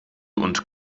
und